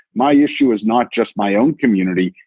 my issue is not just my own community.